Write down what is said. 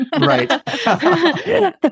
Right